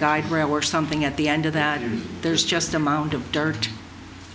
guy or something at the end of that there's just a mound of dirt